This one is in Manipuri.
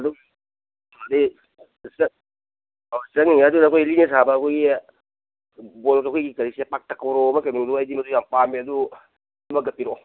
ꯑꯣ ꯆꯪꯂꯤꯉꯩꯗꯨꯗ ꯑꯩꯈꯣꯏ ꯂꯤꯅ ꯁꯥꯕ ꯑꯩꯈꯣꯏꯒꯤ ꯕꯣꯔꯣꯗꯣ ꯑꯩꯈꯣꯏꯒꯤ ꯀꯔꯤꯁꯦ ꯄꯥꯛꯇꯛ ꯀꯣꯔꯣꯕ ꯀꯩꯅꯣꯗꯨ ꯑꯩꯗꯤ ꯃꯗꯨ ꯌꯥꯝ ꯄꯥꯝꯃꯦ ꯑꯗꯨ ꯑꯃꯒ ꯄꯤꯔꯛꯑꯣ